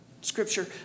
Scripture